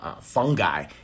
Fungi